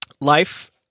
life